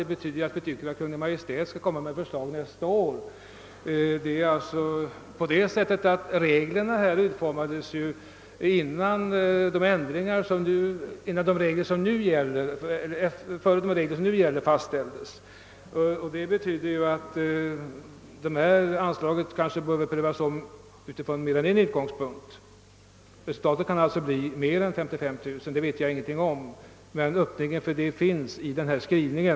Det betyder att vi tycker att Kungl. Maj:t bör komma med förslag nästa år. De regler som gäller borde kanske omarbetas från mer än en utgångspunkt. Resultatet kan alltså bli mer än 55 000 kronor — en Öppning finns i denna skrivning.